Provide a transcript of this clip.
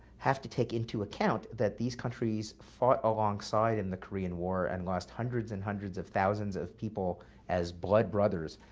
have to take into account that these countries fought alongside in the korean war and lost hundreds and hundreds of thousands of people as blood brothers.